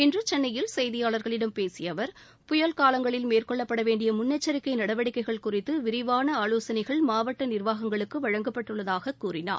இன்று சென்னையில் செய்தியாளர்களிடம் பேசிய அவர் புயல் காலங்களில் மேற்கொள்ளபட வேண்டிய முன்னெச்சரிக்கை நடவடிக்கைகள் குறித்து விரிவான ஆலோசனைகள் மாவட்ட நிர்வாகங்களுக்கு வழங்கப்பட்டுள்ளதாகக் கூறினார்